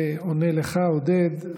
זה עונה לך, עודד.